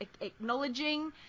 acknowledging